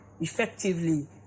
effectively